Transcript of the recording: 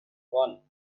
one